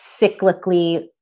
cyclically